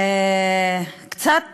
קצת